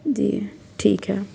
जी ठीक है